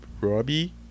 Robbie